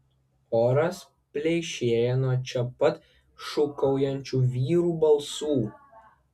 oras pleišėja nuo čia pat šūkaujančių vyrų balsų